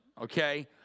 okay